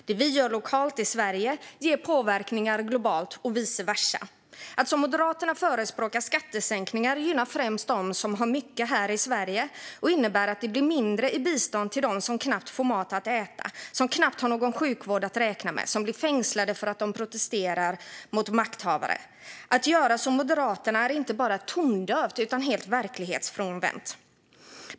Det vi gör lokalt i Sverige ger påverkningar globalt och vice versa. De skattesänkningar som Moderaterna förespråkar gynnar främst dem som har mycket här i Sverige och innebär att det blir mindre i bistånd till dem som knappt får mat att äta, som knappt har någon sjukvård att räkna med eller som blir fängslade för att de protesterar mot makthavare. Att göra som Moderaterna är inte bara tondövt utan helt verklighetsfrånvänt.